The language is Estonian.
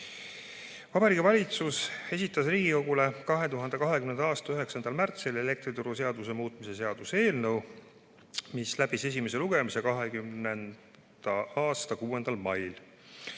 Vabariigi Valitsus esitas Riigikogule 2020. aasta 9. märtsil elektrituruseaduse muutmise seaduse eelnõu, mis läbis esimese lugemise 2020. aasta 6. mail.